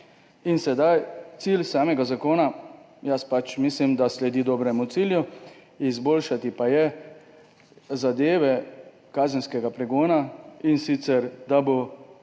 premila. Cilj samega zakona, jaz pač mislim, da [zakon] sledi dobremu cilju, izboljšati pa je zadeve kazenskega pregona, in sicer da bo